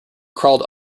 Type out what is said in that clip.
crawled